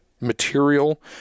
material